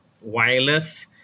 wireless